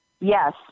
Yes